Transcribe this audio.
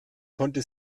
konnte